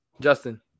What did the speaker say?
Justin